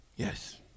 Yes